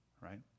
right